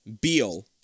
Beal